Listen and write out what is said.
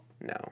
No